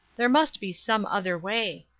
there must be some other way.